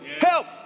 Help